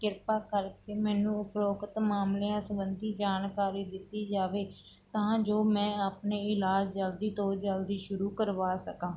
ਕਿਰਪਾ ਕਰਕੇ ਮੈਨੂੰ ਉਪਰੋਕਤ ਮਾਮਲਿਆਂ ਸੰਬੰਧੀ ਜਾਣਕਾਰੀ ਦਿੱਤੀ ਜਾਵੇ ਤਾਂ ਜੋ ਮੈਂ ਆਪਣੇ ਇਲਾਜ ਜਲਦੀ ਤੋਂ ਜਲਦੀ ਸ਼ੁਰੂ ਕਰਵਾ ਸਕਾਂ